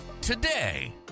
today